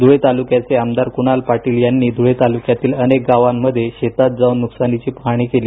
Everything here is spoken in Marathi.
ध्रळे तालुक्याचे आमदार कुणाल पाटील यांनी देखील ध्रळे तालुक्यातील अनेक गावांमध्ये शेतात जावून नुकसानीची पाहणी केली